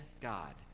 God